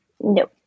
no